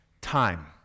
time